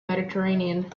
mediterranean